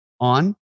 on